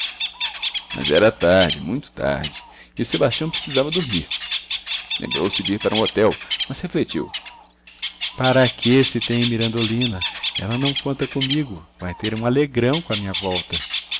mas era tarde muito tarde e o sebastião precisava dormir lembrou-se de ir para um hotel mas refletiu para que se tenho mirandolina ela não conta comigo vai ter um alegrão com a minha volta